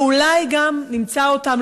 ואולי גם נמצא אותם,